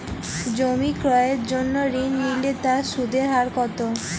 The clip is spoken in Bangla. জমি ক্রয়ের জন্য ঋণ নিলে তার সুদের হার কতো?